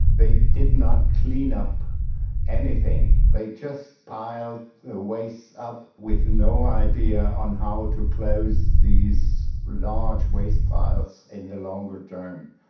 they did not clean up anything, they just piled the waste up with no idea on how to close these large waste piles in the longer term.